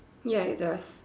ya it's a